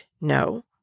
No